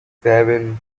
seven